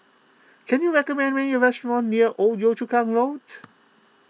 can you recommend me a restaurant near Old Yio Chu Kang Road